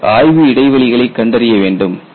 பின்னர் ஆய்வு இடைவெளிகளை கண்டறிய வேண்டும்